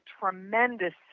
tremendous